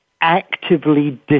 actively